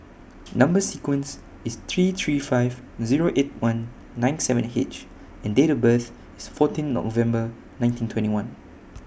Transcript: Number sequence IS three three five Zero eight one nine seven H and Date of birth IS fourteen November nineteen twenty one